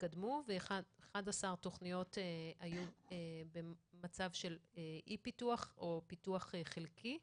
התקדמו ו-11 היו במצב של אי-פיתוח או פיתוח חלקי.